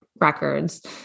records